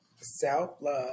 self-love